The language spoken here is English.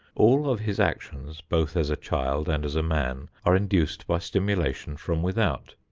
all of his actions both as a child and as a man are induced by stimulation from without.